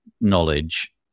knowledge